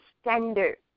standard